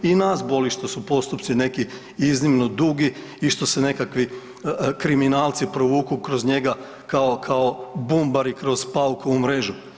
I nas boli što su postupci neki iznimno dugi i što se nekakvi kriminalci provuku kroz njega kao, kao bumbari kroz paukovu mrežu.